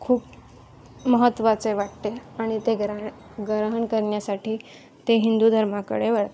खूप महत्त्वाचे वाटते आणि ते ग्रह ग्रहण करण्यासाठी ते हिंदू धर्माकडे वळतात